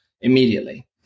immediately